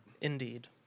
Indeed